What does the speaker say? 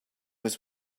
was